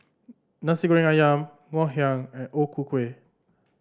Nasi Goreng Ayam Ngoh Hiang and O Ku Kueh